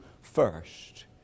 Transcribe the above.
first